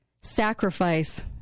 sacrifice